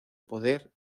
poder